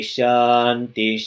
Shanti